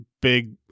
big